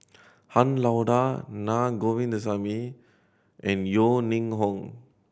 Han Lao Da Naa Govindasamy and Yeo Ning Hong